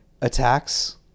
attacks